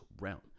realm